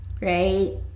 right